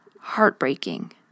heartbreaking